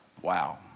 wow